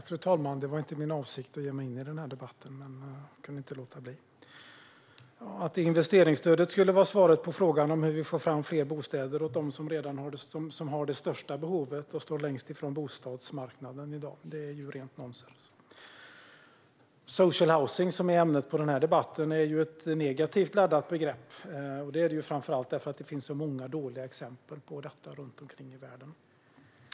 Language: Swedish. Fru talman! Det var inte min avsikt att ge mig in i denna debatt, men jag kunde inte låta bli. Att investeringsstödet skulle vara svaret på frågan om hur vi får fram fler bostäder åt dem som har det största behovet och som står längst ifrån bostadsmarknaden i dag är rent nonsens. Social housing, som är ämnet för denna debatt, är ett negativt laddat begrepp, framför allt därför att det finns många dåliga exempel på det runt om i världen.